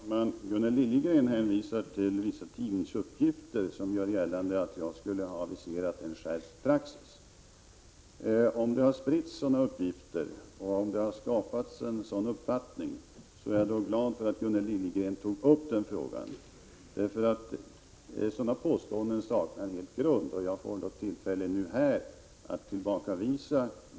Fru talman! Gunnel Liljegren hänvisar till vissa tidningsuppgifter som gör gällande att jag skulle ha aviserat en skärpt praxis. Om det har spritts sådana uppgifter och skapats en sådan uppfattning är jag glad för att Gunnel Liljegren tog upp denna fråga. Sådana påståenden saknar nämligen helt grund, och jag får nu tillfälle att här tillbakavisa dem.